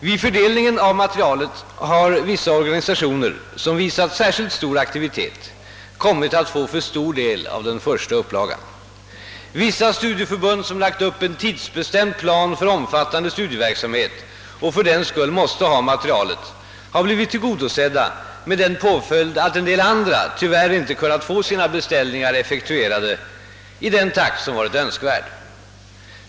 Vid fördelningen av materialet har vissa organisationer, som visat särskilt stor aktivitet, kommit att få för stor del av den första upplagan, Vissa studieförbund, som lagt upp en tidsbestämd plan för omfattande studieverksamhet och fördenskull måste ha materialet, har blivit tillgodosedda med den påföljd att en del andra tyvärr inte kunnat få sina beställningar effektuerade i den takt som varit önskvärd.